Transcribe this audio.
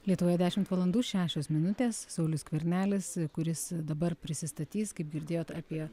lietuvoje dešimt valandų šešios minutės saulius skvernelis kuris dabar prisistatys kaip girdėjot apie